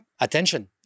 attention